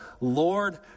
Lord